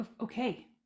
okay